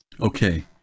Okay